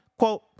Quote